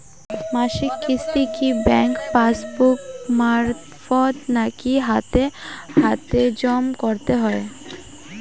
মাসিক কিস্তি কি ব্যাংক পাসবুক মারফত নাকি হাতে হাতেজম করতে হয়?